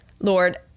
Lord